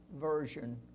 Version